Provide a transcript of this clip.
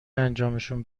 انجامشون